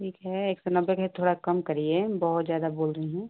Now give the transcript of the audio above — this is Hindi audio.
ठीक है एक सौ नब्बे के है थोड़ा कम करिए बहुत ज़्यादा बोल रही हैं